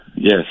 Yes